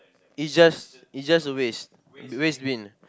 is just is just a waste waste bin